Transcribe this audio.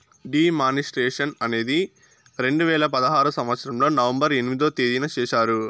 D మానిస్ట్రేషన్ అనేది రెండు వేల పదహారు సంవచ్చరంలో నవంబర్ ఎనిమిదో తేదీన చేశారు